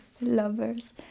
lovers